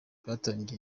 yatangiye